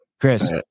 Chris